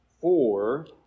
four